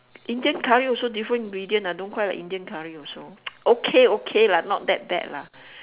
Indian curry also different ingredient ah don't call it Indian curry also okay okay lah not that bad lah